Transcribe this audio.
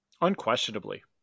Unquestionably